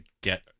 get